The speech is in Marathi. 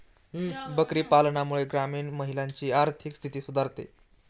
बकरी पालनामुळे ग्रामीण महिलांची आर्थिक स्थिती सुधारते